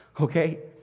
Okay